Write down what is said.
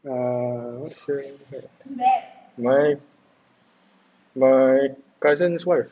err what should I my my cousin wife